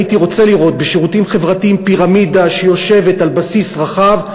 הייתי רוצה לראות בשירותים חברתיים פירמידה שיושבת על בסיס רחב,